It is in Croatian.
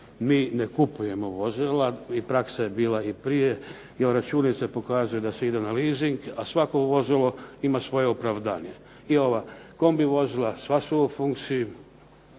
mi ne kupujemo vozila, i praksa je bila i prije. Jer računice pokazuju da se ide na leasing, a svako ovo vozilo ima svoje opravdanje. I ova kombi vozila sva su u funkciji,